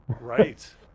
right